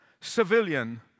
civilian